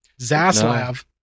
Zaslav